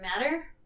matter